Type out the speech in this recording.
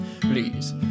Please